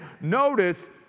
notice